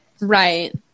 right